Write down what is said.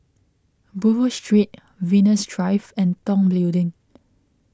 Buroh Street Venus Drive and Tong Building